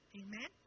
amen